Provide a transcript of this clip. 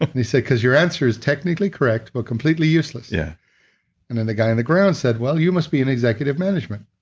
he said, because your answer is technically correct but completely useless. yeah and then the guy in the ground said well, you must be in executive management.